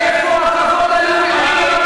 איפה הכבוד הלאומי?